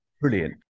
Brilliant